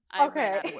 Okay